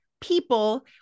people